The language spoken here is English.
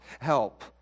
help